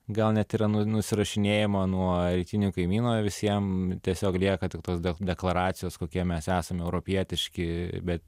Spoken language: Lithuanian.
gal net yra nu nusirašinėjama nuo rytinio kaimyno visiems tiesiog lieka tik tos deklaracijos kokie mes esame europietiški bet